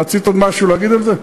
רצית עוד משהו להגיד על זה?